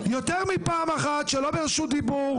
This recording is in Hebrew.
מפעם אחת שלא ברשות דיבור.